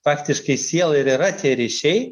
faktiškai siela ir yra tie ryšiai